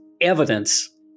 evidence